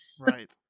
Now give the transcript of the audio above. Right